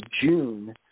June